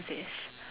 this